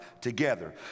together